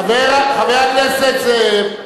אשר היה צריך לומר מהצד כפי שדיבר חבר הכנסת מילר מהצד.